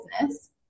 business